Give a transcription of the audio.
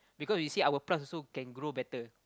because you see our plants also can grow better